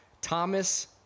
Thomas